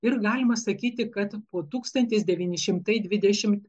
ir galima sakyti kad po tūkstantis devyni šimtai dvidešimt